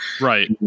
Right